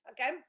Okay